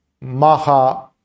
Maha